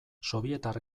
sobietar